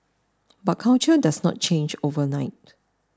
but culture does not change overnight